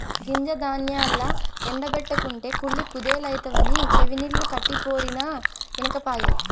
గింజ ధాన్యాల్ల ఎండ బెట్టకుంటే కుళ్ళి కుదేలైతవని చెవినిల్లు కట్టిపోరినా ఇనకపాయె